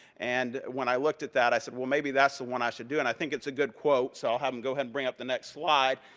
and when i looked at that, i said well, maybe that's the one i should do. and i think it's a good quote. so, i'll have him go ahead and bring up the next slide.